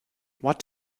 what